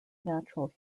natural